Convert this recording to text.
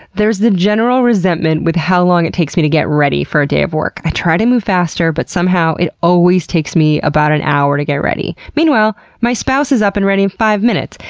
there is the general resentment with how long it takes me to get ready for a day of work. i try to move faster but somehow it always takes me about an hour to get ready. meanwhile, my spouse is up and ready in five minutes!